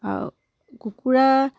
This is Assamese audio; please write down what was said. আৰু কুকুৰা